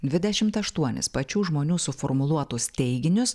dvidešimt aštuonis pačių žmonių suformuluotus teiginius